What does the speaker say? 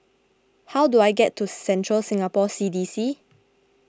how do I get to Central Singapore C D C